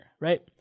right